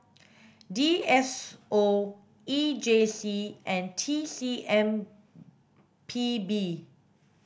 D S O E J C and T C M P B